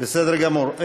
בסדר גמור.